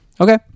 Okay